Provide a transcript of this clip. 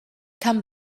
come